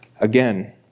Again